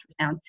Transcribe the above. ultrasounds